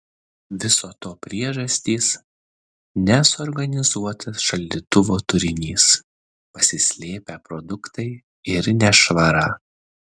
viso to priežastys nesuorganizuotas šaldytuvo turinys pasislėpę produktai ir nešvara